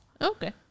Okay